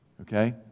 Okay